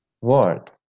world